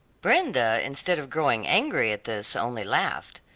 brenda, instead of growing angry at this, only laughed.